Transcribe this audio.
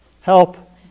Help